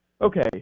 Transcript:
okay